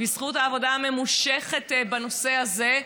בזכות העבודה הממושכת בנושא הזה,